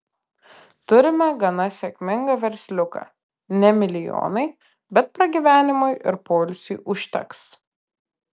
turime gana sėkmingą versliuką ne milijonai bet pragyvenimui ir poilsiui užteks